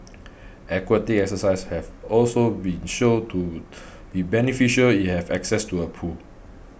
aquatic exercises have also been shown to be beneficial if you have access to a pool